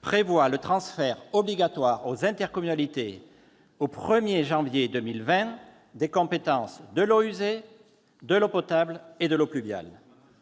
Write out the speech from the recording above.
prévoit le transfert obligatoire aux intercommunalités, au 1 janvier 2020, des compétences relatives à l'eau potable, aux eaux usées